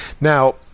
Now